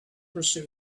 pursue